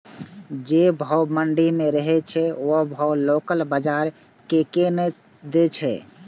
जे भाव मंडी में रहे छै ओ भाव लोकल बजार कीयेक ने दै छै?